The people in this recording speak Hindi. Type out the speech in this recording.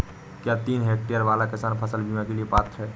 क्या तीन हेक्टेयर वाला किसान फसल बीमा के लिए पात्र हैं?